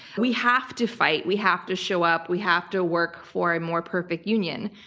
we have to fight. we have to show up. we have to work for a more perfect union.